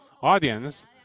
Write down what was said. audience